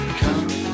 come